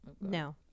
No